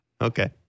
Okay